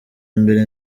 mbere